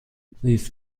this